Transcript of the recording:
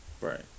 Right